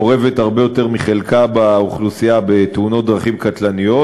מעורבת הרבה יותר מחלקה באוכלוסייה בתאונות דרכים קטלניות,